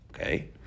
Okay